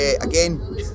again